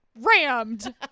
rammed